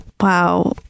Wow